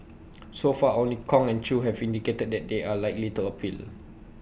so far only Kong and chew have indicated that they are likely to appeal